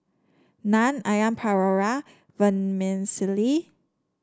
Naan Onion Pakora Vermicelli